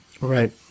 Right